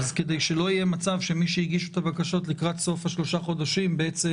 כדי שלא יהיה מצב שמי שהגיש את הבקשות לקראת סוף השלושה החודשים בעצם